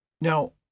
Now